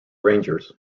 rangers